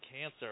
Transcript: cancer